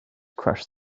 crushed